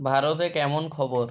ভারতে কেমন খবর